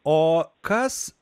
o kas